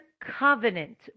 covenant